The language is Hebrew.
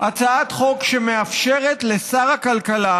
ביום רביעי הצעת חוק שמאפשרת לשר הכלכלה